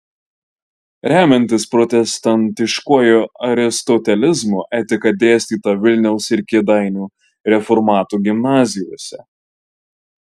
remiantis protestantiškuoju aristotelizmu etika dėstyta vilniaus ir kėdainių reformatų gimnazijose